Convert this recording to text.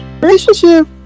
Relationship